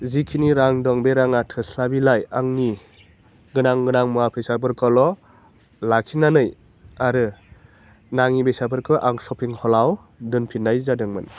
जिखिनि रां दं बे राङा थोस्लाबैलाय आंनि गोनां गोनां मुवा बेसादफोरखौल' लाखिनानै आरो नाङि बेसादफोरखौ आं सपिं हलाव दोनफिननाय जादोंमोन